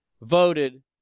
voted